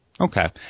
Okay